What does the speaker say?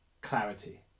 clarity